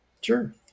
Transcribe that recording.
Sure